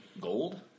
Gold